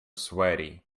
sweaty